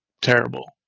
terrible